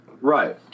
Right